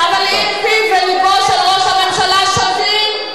אבל אין פיו ולבו של ראש הממשלה שווים,